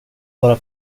vara